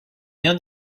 rien